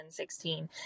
2016